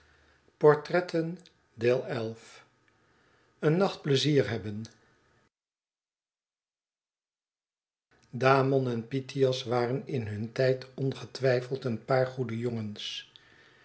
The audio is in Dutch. een nacht pleizier hebben damon en pythias waren in hun tijd ongetwijfeld een paar goede jongens